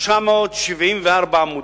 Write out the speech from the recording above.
974 עמודים.